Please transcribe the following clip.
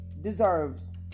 deserves